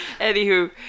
anywho